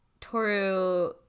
Toru